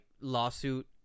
lawsuit